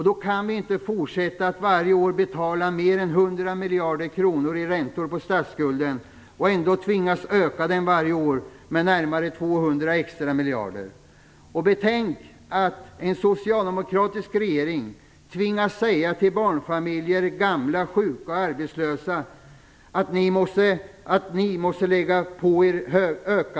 Då kan vi inte fortsätta att varje år betala mer än 100 miljarder kronor i räntor på statsskulden och dessutom tvingas öka den varje år med närmare 200 Betänk att en socialdemokratisk regering tvingas säga till barnfamiljer, gamla, sjuka och arbetslösa att man måste lägga ökade bördor på dem.